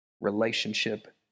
relationship